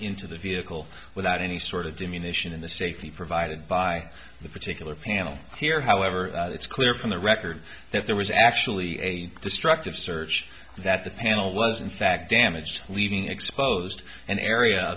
into the vehicle without any sort of diminishing in the safety provided by the particular panel here however it's clear from the record that there was actually a destructive search that the panel was in fact damaged leaving exposed an area